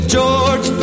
George